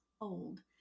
old